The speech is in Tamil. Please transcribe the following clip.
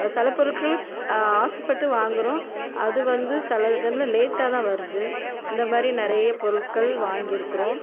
சில பொருட்கள் ஆசைப்பட்டு வாங்குகிறோம் அது வந்து சில டைமில் லேட்டாக தான் வருது இந்த மாதிரி நிறைய பொருட்கள் வாங்கிருக்கிறோம்